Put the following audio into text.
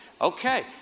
Okay